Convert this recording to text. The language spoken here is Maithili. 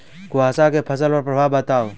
कुहासा केँ फसल पर प्रभाव बताउ?